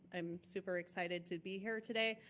i'm super excited to be here today.